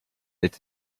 it’s